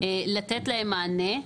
לתת להם מענה.